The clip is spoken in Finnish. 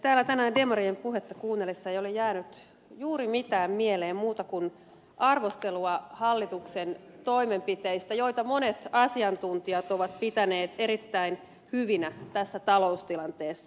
täällä tänään demarien puhetta kuunnellessa ei ole jäänyt juuri mitään muuta mieleen kuin arvostelua hallituksen toimenpiteistä joita monet asiantuntijat ovat pitäneet erittäin hyvinä tässä taloustilanteessa